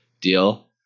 deal